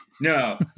No